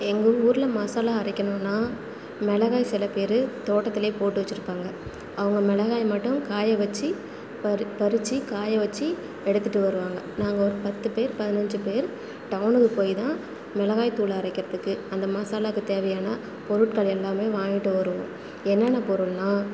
எங்கள் ஊரில் மசாலா அரைக்கணும்னா மிளகாய் சில பேர் தோட்டத்திலையே போட்டு வெச்சுருக்காங்க அவங்க மிளகாய மட்டும் காய வச்சு பறி பறிச்சு காய வச்சு எடுத்துகிட்டு வருவாங்க நாங்கள் ஒரு பத்து பேர் பதினஞ்சு பேர் டவுனுக்கு போய்தான் மிளகாய்தூள் அரைக்கிறத்துக்கு அந்த மசாலாக்கு தேவையான பொருட்கள் எல்லாமே வாங்கிட்டு வருவோம் என்னென்ன பொருள்னால்